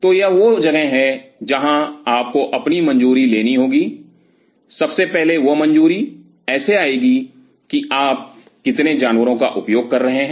तो यह वह जगह है जहां आपको अपनी मंजूरी लेनी होगी सबसे पहले वह मंजूरी ऐसे आएगी कि आप कितने जानवरों का उपयोग कर रहे हैं